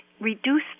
reduce